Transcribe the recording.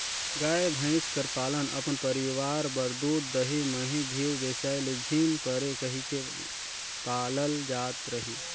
गाय, भंइस कर पालन अपन परिवार बर दूद, दही, मही, घींव बेसाए ले झिन परे कहिके पालल जात रहिस